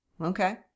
okay